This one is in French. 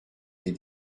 les